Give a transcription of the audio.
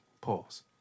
Pause